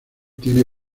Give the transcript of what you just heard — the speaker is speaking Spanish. tiene